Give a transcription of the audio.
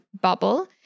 bubble